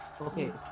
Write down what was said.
Okay